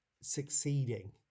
succeeding